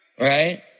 right